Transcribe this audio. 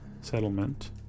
settlement